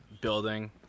building